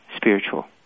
spiritual